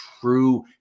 true